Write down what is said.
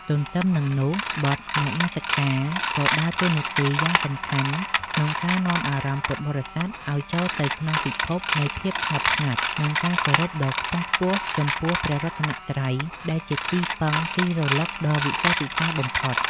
ទន្ទឹមនឹងនោះ បទនមស្ការ ក៏ដើរតួនាទីយ៉ាងសំខាន់ក្នុងការនាំអារម្មណ៍ពុទ្ធបរិស័ទឱ្យចូលទៅក្នុងពិភពនៃភាពស្ងប់ស្ងាត់ និងការគោរពដ៏ខ្ពង់ខ្ពស់ចំពោះព្រះរតនត្រ័យ ដែលជាទីពឹងទីរលឹកដ៏វិសេសវិសាលបំផុត។